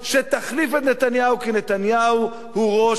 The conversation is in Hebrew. כי נתניהו הוא ראש ממשלה רע,